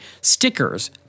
stickers